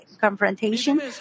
confrontation